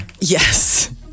Yes